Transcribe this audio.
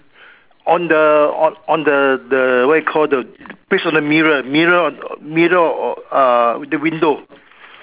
on the on the the what you call the page on the mirror mirror mirror uh the window